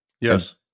Yes